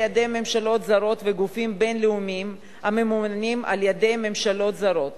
מימון בידי ממשלות זרות וגופים בין-לאומיים הממומנים על-ידי ממשלות זרות